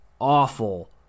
awful